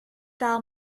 bell